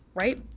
right